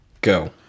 go